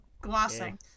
Glossing